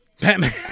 Batman